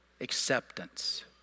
acceptance